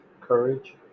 courage